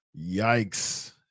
yikes